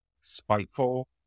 spiteful